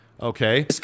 Okay